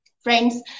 Friends